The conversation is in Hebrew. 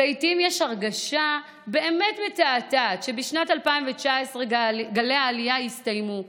לעיתים יש הרגשה באמת מתעתעת שבשנת 2019 גלי העלייה הסתיימו,